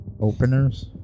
Openers